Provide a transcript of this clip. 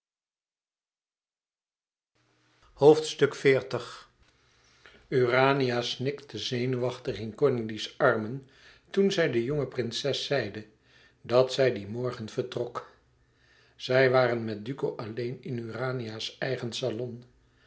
urania snikte zenuwachtig in cornélie's armen toen zij de jonge prinses zeide dat zij dien morgen vertrok zij waren met duco alleen in urania's eigen salon